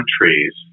countries